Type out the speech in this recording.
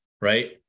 Right